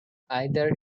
either